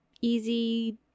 easy